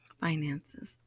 finances